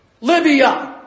Libya